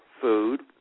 food